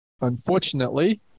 Unfortunately